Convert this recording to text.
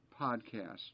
podcast